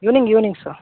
evening evening sir